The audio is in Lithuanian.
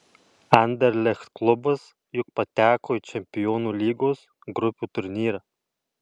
anderlecht klubas juk pateko į čempionų lygos grupių turnyrą